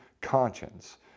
conscience